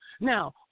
Now